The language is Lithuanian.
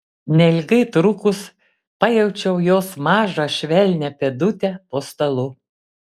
neilgai trukus pajaučiu jos mažą švelnią pėdutę po stalu